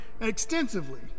extensively